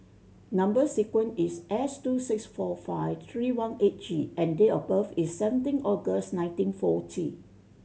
number sequence is S two six four five three one eight G and date of birth is seventeen August nineteen forty